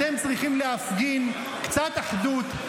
אתם צריכים להפגין קצת אחדות,